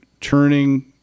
turning